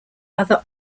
other